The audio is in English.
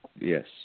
Yes